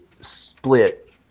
split